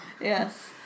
Yes